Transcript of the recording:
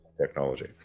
technology